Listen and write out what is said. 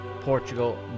Portugal